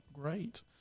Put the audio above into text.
Great